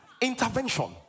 Intervention